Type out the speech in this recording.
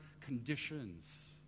conditions